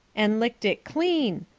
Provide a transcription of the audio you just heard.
and licked it clean.